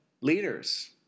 leaders